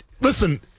listen